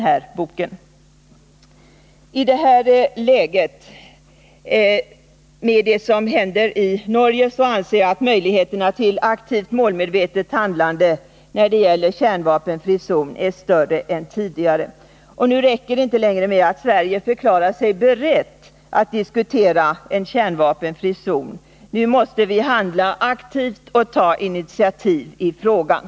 I detta läge anser jag, med hänsyn till det som händer i Norge, att möjligheterna till aktivt målmedvetet handlande när det gäller en kärnva penfri zon är större än tidigare. Nu räcker det inte längre med att Sverige Nr 48 förklarar sig berett att diskutera en kärnvapenfri zon. Nu måste vi handla aktivt och ta initiativ i frågan.